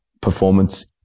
performance